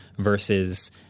versus